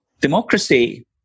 Democracy